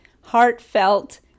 heartfelt